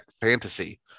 fantasy